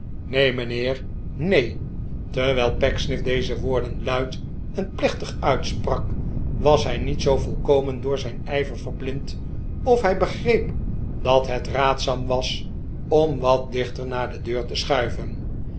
neen mijnheer neen terwijl pecksniff deze woorden luid en plechtig uitsprak was hij niet zoo volkomen door zijn ijver verblind of hij begreep dat het raadzaam was om wat dichter naar de deur te schuiven